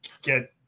get